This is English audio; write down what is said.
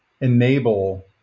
enable